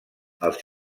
els